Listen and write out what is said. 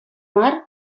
мар